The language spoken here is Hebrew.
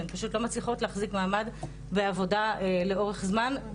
הן פשוט לא מצליחות להחזיק מעמד בעבודה לאורך זמן,